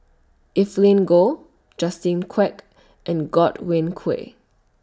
Evelyn Goh Justin Quek and Godwin Koay